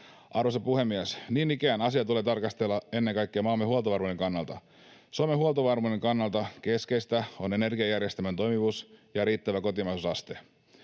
Arvoisa puhemies! Niin ikään asiaa tulee tarkastella ennen kaikkea maamme huoltovarmuuden kannalta. Suomen huoltovarmuuden kannalta keskeistä on energiajärjestelmän toimivuus ja riittävä kotimaisuusaste.